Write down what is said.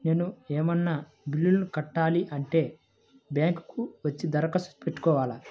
నేను ఏమన్నా బిల్లును కట్టాలి అంటే బ్యాంకు కు వచ్చి దరఖాస్తు పెట్టుకోవాలా?